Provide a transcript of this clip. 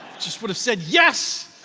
just would have said yes.